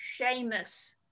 Seamus